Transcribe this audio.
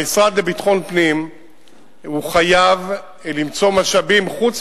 המשרד לביטחון פנים חייב למצוא משאבים חוץ